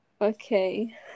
okay